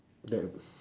done